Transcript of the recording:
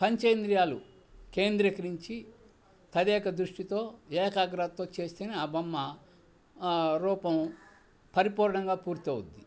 పంచేంద్రియాలు కేంద్రీకరించి తదేక దృష్టితో ఏకాగ్రతో చేస్తేనే ఆ బొమ్మ రూపం పరిపూర్ణంగా పూర్తవుతుంది